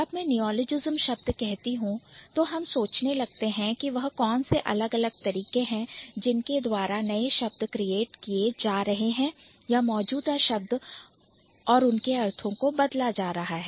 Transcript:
जब मैं Neologism शब्द कहती हूं तो हम सोचने लगते हैं कि वह कौन से अलग अलग तरीके हैं जिनके द्वारा नए शब्द create किए जा रहे हैं या मौजूदा शब्द उनके अर्थ को बदल देते हैं